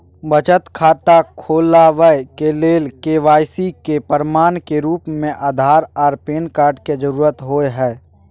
बचत खाता खोलाबय के लेल के.वाइ.सी के प्रमाण के रूप में आधार आर पैन कार्ड के जरुरत होय हय